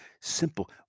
Simple